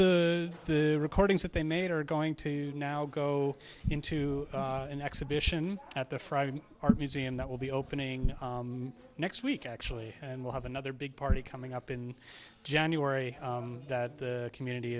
the the recordings that they made are going to now go into an exhibition at the frog art museum that will be opening next week actually and we'll have another big party coming up in january that the community